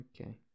Okay